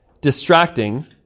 distracting